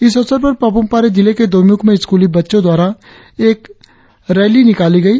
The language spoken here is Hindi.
इस अवसर पर पापुम पारे जिले के दोईमुख में स्कूली बच्चों द्वारा एक रायली निकाली गई